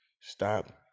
Stop